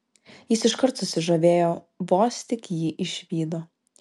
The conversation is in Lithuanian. jis iškart susižavėjo vos tik jį išvydo